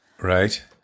right